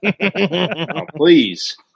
Please